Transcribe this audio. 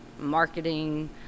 marketing